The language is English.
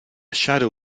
shadow